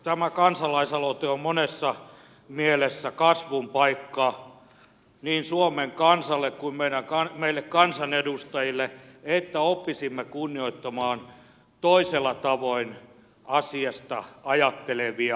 tämä kansalaisaloite on monessa mielessä kasvun paikka niin suomen kansalle kuin meille kansanedustajillekin että oppisimme kunnioittamaan toisella tavoin asiasta ajattelevia